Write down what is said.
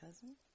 cousin